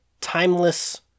timeless